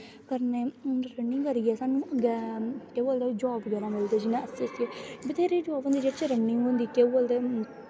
करने रनिंग करियै साह्नूं गै केह् बोलदे जॉब बगैरा मिलदे जि'यां ऐस्सऐस्ससी बथ्हेरे जॉब होंदे जेह्दे च रंनिंग होंदी केह् बोलदे